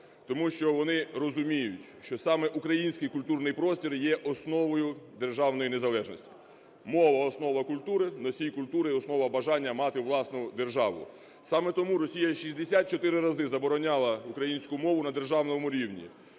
тому що вони розуміють, що саме український культурний простір є основою державної незалежності. Мова – основа культури, носій культури і основа бажання мати власну державу. Саме тому Росія 64 рази забороняла українську мову на державному рівні.